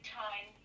time